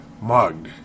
mugged